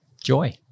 joy